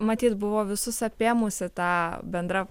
matyt buvo visus apėmusi ta bendra